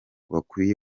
bakwiye